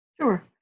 Sure